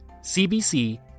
CBC